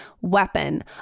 weapon